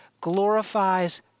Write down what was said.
glorifies